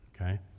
Okay